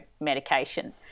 medication